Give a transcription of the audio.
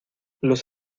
los